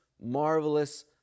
marvelous